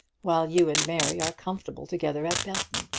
while you and mary are comfortable together at belton.